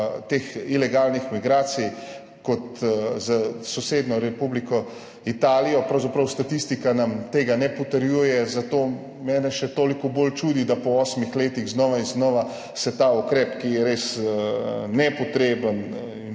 teh ilegalnih migracij kot s sosednjo Republiko Italijo. Pravzaprav nam statistika tega ne potrjuje, zato mene še toliko bolj čudi, da se po osmih letih znova uvaja ta ukrep, ki je res nepotreben in